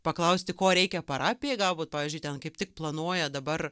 paklausti ko reikia parapijai gal būt pavyzdžiui ten kaip tik planuoja dabar